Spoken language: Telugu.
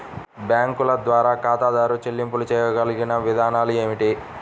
బ్యాంకుల ద్వారా ఖాతాదారు చెల్లింపులు చేయగల విధానాలు ఏమిటి?